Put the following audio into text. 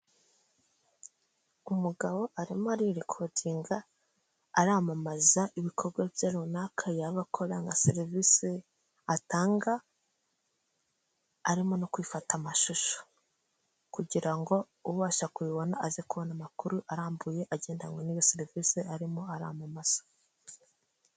Umugabo arimo aririkodinga, aramamaza ibikorwa bye runaka yaba akora nka serivisi atanga, arimo no kwifata amashusho kugira ngo ubasha kubibona aze kubona amakuru arambuye agendanye n'iyo serivisi arimo aramamaza.